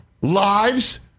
lives